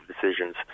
decisions